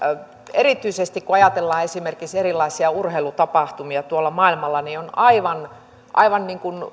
erityisesti kun ajatellaan esimerkiksi erilaisia urheilutapahtumia tuolla maailmalla niin on aivan aivan